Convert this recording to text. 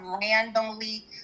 randomly